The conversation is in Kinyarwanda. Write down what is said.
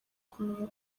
kumenya